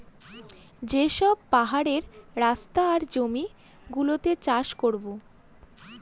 যে সব পাহাড়ের রাস্তা আর জমি গুলোতে চাষ করাবো